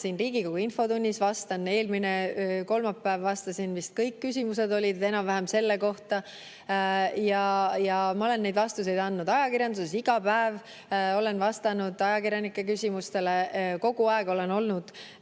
siin Riigikogu infotunnis, vastan [küsimustele]. Eelmine kolmapäev vastasin, kui kõik küsimused vist olid enam-vähem selle kohta. Ma olen neid vastuseid andnud ajakirjanduses, iga päev olen vastanud ajakirjanike küsimustele. Kogu aeg olen olnud